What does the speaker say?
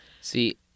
See